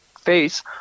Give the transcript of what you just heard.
face